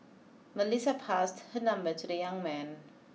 Melissa passed her number to the young man